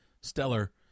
stellar